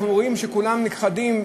אנחנו רואים שכולם נכחדים,